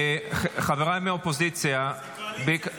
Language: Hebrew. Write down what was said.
חבריי מהאופוזיציה -- זאת הקואליציה,